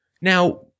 Now